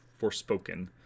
Forspoken